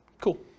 Cool